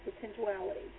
potentiality